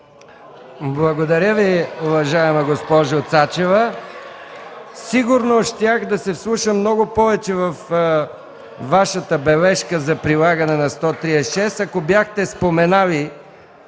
Благодаря Ви, уважаема госпожо Цачева. Сигурно щях да се вслушам много повече във Вашата бележка за прилагане на чл. 136, ако бяхте споменали